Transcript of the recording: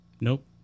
Nope